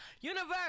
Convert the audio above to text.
Universe